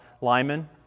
Lyman